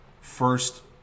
First